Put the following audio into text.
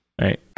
right